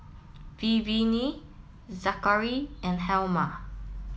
Vivienne Zakary and Helma